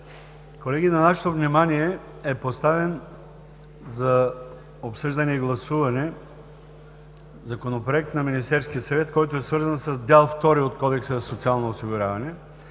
Колеги, на нашето внимание е поставен за обсъждане и гласуване Законопроект на Министерския съвет, който е свързан с Дял II от Кодекса за социално осигуряване.